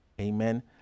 Amen